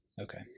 Okay